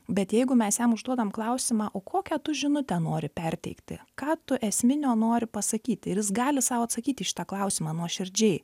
bet jeigu mes jam užduodam klausimą o kokią tu žinutę nori perteikti ką tu esminio nori pasakyti ir jis gali sau atsakyt į šitą klausimą nuoširdžiai